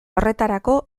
horretarako